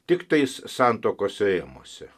tiktais santuokos rėmuose